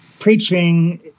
preaching